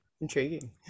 Intriguing